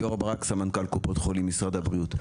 ליאור ברק סמנכ"ל קופות חולים משרד הבריאות.